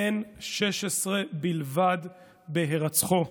בן 16 בלבד בהירצחו,